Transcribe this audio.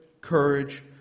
courage